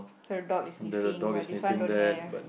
so your dog is sniffing but this one don't have